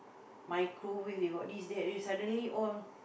microwave they got this that then suddenly all